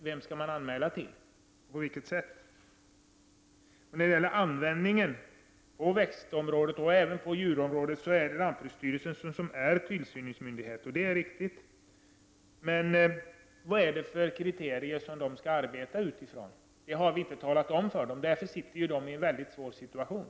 Vem skall man anmäla till och på vilket sätt? När det gäller användningen på växtoch djurområdet är lantbruksstyrelsen tillsynsmyndighet, sade jordbruksministern, och det är riktigt. Men vilka kriterier skall lantbruksstyrelsen arbeta efter? Det har vi inte talat om. Därför sitter lantbruksstyrelsen i en svår situation.